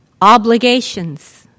obligations